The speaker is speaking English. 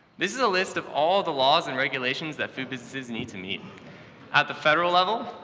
this is a list of all the laws and regulations that food businesses need to meet at the federal level,